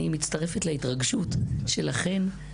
אני מצטרפת להתרגשות שלכן,